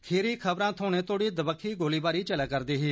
खीरी खबरां थ्होने तोड़ी दबक्खी गोलीबारी चला करदी ही